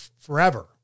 forever